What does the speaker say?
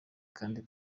kandi